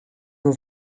nhw